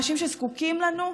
אנשים שזקוקים לנו,